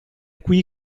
qui